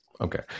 Okay